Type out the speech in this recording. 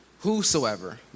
whosoever